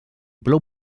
plou